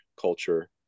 culture